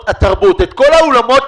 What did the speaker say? שיתחלק בהתאם לאחוזי המשרה.